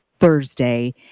Thursday